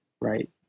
right